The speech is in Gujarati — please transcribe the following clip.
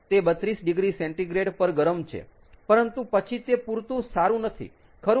તે 32oC પર ગરમ છે પરંતુ પછી તે પૂરતું સારું નથી ખરું ને